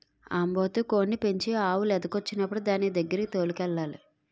ఆంబోతు కోడిని పెంచి ఆవు లేదకొచ్చినప్పుడు దానిదగ్గరకి తోలుకెళ్లాలి